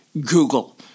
Google